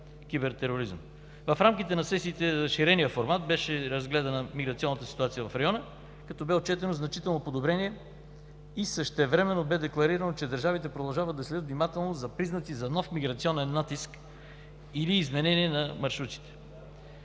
В рамките на сесиите в разширен формат беше разгледана миграционната ситуация в района, като бе отчетено значително подобрение и същевременно бе декларирано, че държавите продължават да следят внимателно за признаци за нов миграционен натиск или изменение на маршрутите.